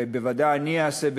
ובוודאי אני אעשה,